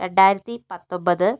രണ്ടായിരത്തി പത്തൊമ്പത്